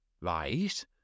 right